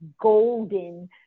golden